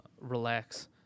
relax